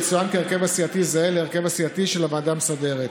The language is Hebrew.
יצוין כי ההרכב הסיעתי זהה להרכב הסיעתי של הוועדה המסדרת.